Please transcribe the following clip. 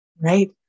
Right